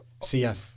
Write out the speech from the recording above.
CF